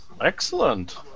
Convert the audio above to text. Excellent